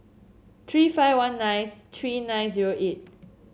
three five one nine three nine zero eight